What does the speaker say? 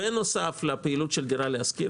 בנוסף לפעילות של דירה להשכיר,